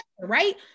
right